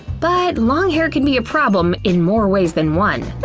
but long har can be a problem in more ways than one.